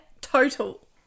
total